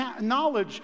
knowledge